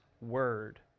word